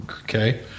okay